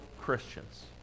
Christians